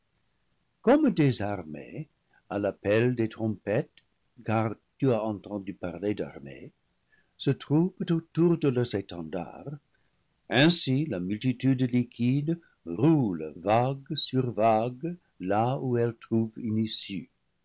comme des armées à l'appel des trompettes car tu as entendu parler d'armées s'attroupent autour de leurs étendards ainsi la multitude liquide roule vague sur vague là où elle trouve une issue